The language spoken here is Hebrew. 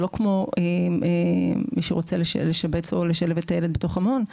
זה לא כמו מי שרוצה לשבץ או לשלב את הילד בתוך המעון.